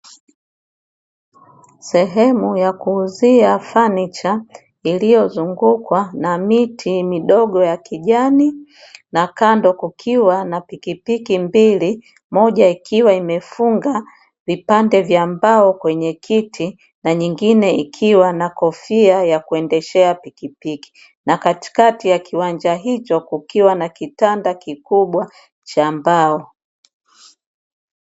Sehemu ya kuuzia fanicha iliyozungukwa na miti midogo ya kijani na kando kukiwa na pikipiki mbili, moja ikiwa imefunga vipande vya mbao kwenye kiti na nyingine ikiwa na kofia ya kuendeshea pikipiki na katikati ya kiwanja hicho kukiwa na kitanda kikubwa cha mbao.